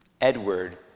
Edward